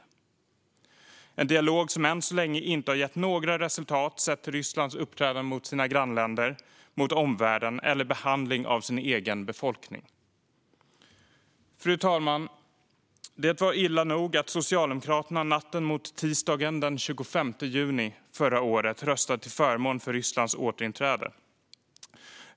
Det är en dialog som än så länge inte har gett några resultat sett till Rysslands uppträdande mot sina grannländer, mot omvärlden eller i behandlingen av den egna befolkningen. Fru talman! Det var illa nog att Socialdemokraterna natten mot tisdagen den 25 juni förra året röstade till förmån för Rysslands återinträde.